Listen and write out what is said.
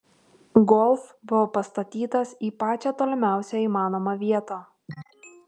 golf buvo pastatytas į pačią tolimiausią įmanomą vietą